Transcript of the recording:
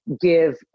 give